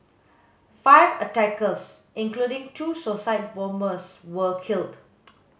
five attackers including two suicide bombers were killed